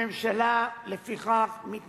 לפיכך, הממשלה מתנגדת